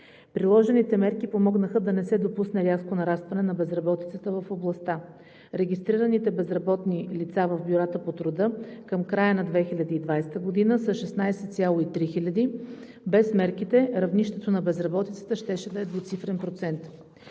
Приложените мерки помогнаха да не се допусне рязко нарастване на безработицата в областта. Регистрираните безработни лица в бюрата по труда към края на 2020 г. са 16,3 хиляди. Без мерките равнището на безработицата щеше да е двуцифрен процент.